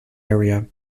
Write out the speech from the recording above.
area